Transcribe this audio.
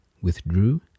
withdrew